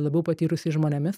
labiau patyrusiais žmonėmis